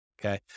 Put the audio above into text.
Okay